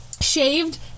shaved